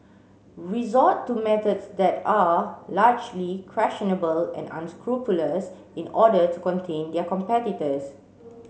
resort to methods that are largely questionable and unscrupulous in order to contain their competitors